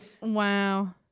Wow